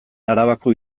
arabako